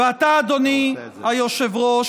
ועתה אדוני היושב-ראש,